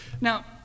Now